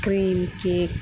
cream cake